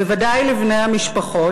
בוודאי לבני המשפחות,